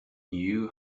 knew